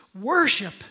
worship